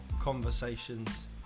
conversations